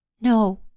No